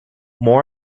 more